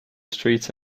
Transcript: streets